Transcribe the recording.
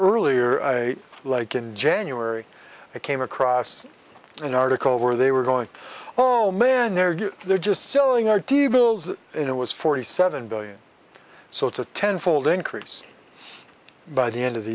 earlier i like in january i came across an article where they were going oh my man they're you they're just selling our t bills it was forty seven billion so it's a ten fold increase by the end of the